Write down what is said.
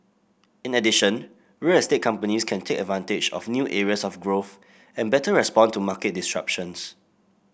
in addition real estate companies can take advantage of new areas of growth and better respond to market disruptions